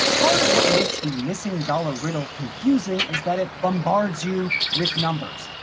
part of what makes the missing dollar riddle confusing is that it bombards you with numbers.